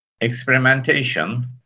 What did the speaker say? experimentation